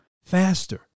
faster